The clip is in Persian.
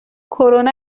کرونا